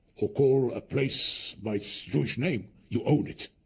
or call a place by its jewish name, you own it.